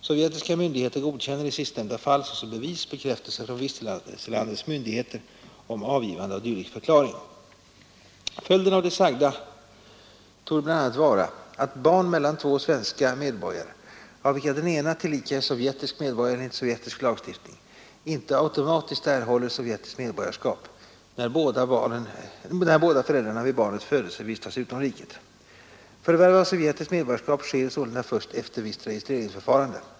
Sovjetiska myndigheter dubbel db när båda föräldrarna vid barnets födelse vistas utom riket. rvärv av a FETT NORRA sovjetiskt medborgarskap sker sålunda först efter visst registreringsförskap farande.